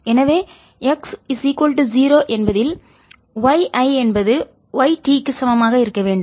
எனவே x 0 என்பதில் y I என்பது yT க்கு சமமாக இருக்க வேண்டும்